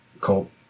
cult